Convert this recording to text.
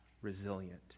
resilient